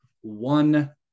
one –